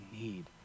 need